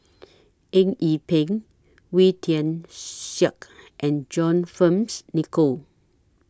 Eng Yee Peng Wee Tian Siak and John Fearns Nicoll